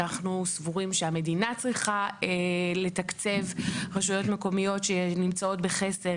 אנחנו סבורים שהמדינה צריכה לתקצב רשויות מקומיות שנמצאות בחסר,